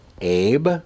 Abe